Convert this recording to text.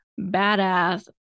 badass